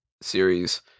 series